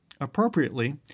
Appropriately